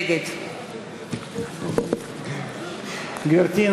נגד גברתי,